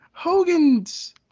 hogan's